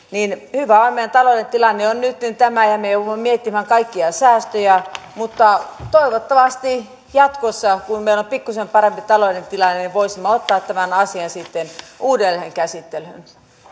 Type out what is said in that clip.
hyvä on meidän taloudellinen tilanne on nyt tämä ja me joudumme miettimään kaikkia säästöjä mutta toivottavasti jatkossa kun meillä on pikkuisen parempi taloudellinen tilanne voisimme ottaa tämän asian sitten uudelleen käsittelyyn